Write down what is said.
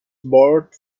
borrowed